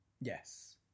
Yes